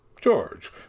George